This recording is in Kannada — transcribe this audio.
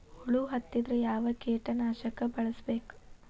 ಹುಳು ಹತ್ತಿದ್ರೆ ಯಾವ ಕೇಟನಾಶಕ ಬಳಸಬೇಕ?